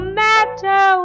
matter